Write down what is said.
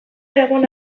egon